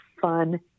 fun